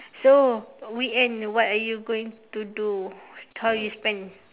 so weekend what are you going to do how you spend